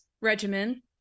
regimen